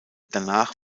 danach